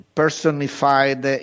personified